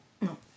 No